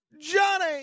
Johnny